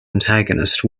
antagonist